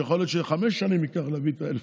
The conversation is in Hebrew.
יכול להיות שחמש שנים ייקח להביא את ה-1,100,